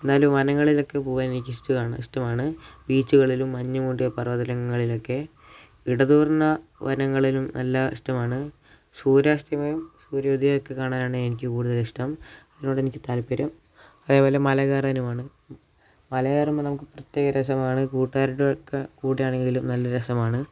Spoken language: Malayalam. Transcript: എന്നാലും വനങ്ങളിലൊക്കെ പോവാൻ എനിക്ക് ഇഷ്ടമാണ് ഇഷ്ടമാണ് ബീച്ചുകളിലും മഞ്ഞു മൂടിയ പർവതകങ്ങളിലൊക്കെ ഇടതൂർന്ന വനങ്ങളിലും നല്ല ഇഷ്ടമാണ് സൂര്യാസ്തമയം സൂര്യോദയമൊക്കെ കാണാനാണ് എനിക്ക് കൂടുതൽ ഇഷ്ടം അതിനോട് എനിക്ക് താൽപര്യം അതേപോലെ മലകയറാനുമാണ് മലകയറുമ്പോൾ നമുക്ക് പ്രത്യേക രസമാണ് കൂട്ടുകാരുടെയൊക്കെ കൂടെയാണെങ്കിലും നല്ല രസമാണ്